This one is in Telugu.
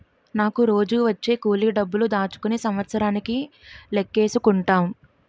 నాకు రోజూ వచ్చే కూలి డబ్బులు దాచుకుని సంవత్సరానికి లెక్కేసుకుంటాం